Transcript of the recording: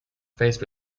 faced